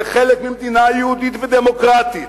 כחלק ממדינה יהודית ודמוקרטית.